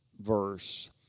verse